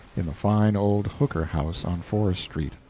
in the fine old hooker house, on forest street.